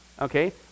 okay